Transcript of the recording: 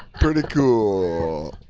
pretty cool.